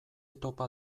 topa